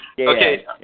Okay